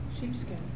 Sheepskin